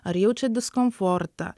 ar jaučia diskomfortą